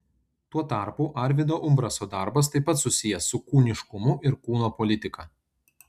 tuo tarpu arvydo umbraso darbas taip pat susijęs su kūniškumu ir kūno politika